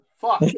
fuck